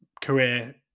career